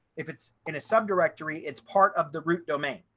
if it's in a subdirectory, it's part of the root domain.